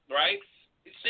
right